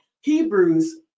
Hebrews